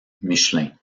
michelin